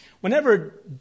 Whenever